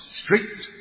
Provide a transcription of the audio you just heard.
strict